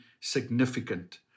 significant